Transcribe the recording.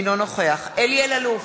אינו נוכח אלי אלאלוף,